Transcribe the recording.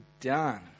done